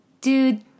dude